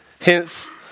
Hence